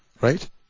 right